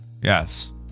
yes